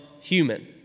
human